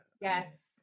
Yes